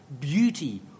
beauty